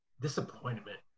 disappointment